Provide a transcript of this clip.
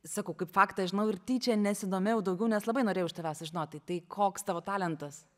sakau kaip faktą žinau ir tyčia nesidomėjau daugiau nes labai norėjau iš tavęs sužinot tai koks tavo talentas